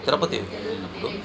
తిరుపతి వెళ్ళినప్పుడు